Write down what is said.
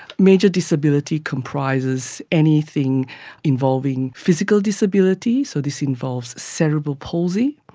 major disability comprises anything involving physical disability, so this involves cerebral palsy,